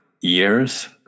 years